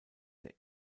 der